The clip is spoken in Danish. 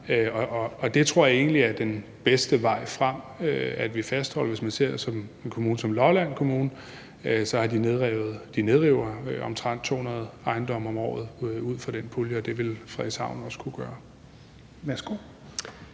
er. Det tror jeg egentlig er den bedste vej frem at fastholde. Hvis vi ser en kommune som Lolland, så nedriver de omtrent 200 ejendomme om året ud fra den pulje, og det vil Frederikshavn også kunne gøre.